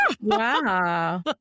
Wow